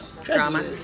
Drama